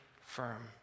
firm